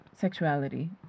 sexuality